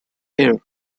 air